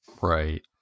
Right